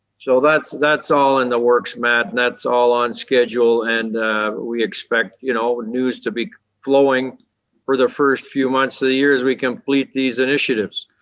so that's that's all in the works, matt. that's all on schedule. and we expect you know news to be flowing for the first few months of the year as we complete these initiatives.